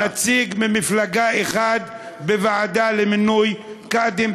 מנציג ממפלגה אחת בוועדה למינוי קאדים,